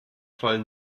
fallen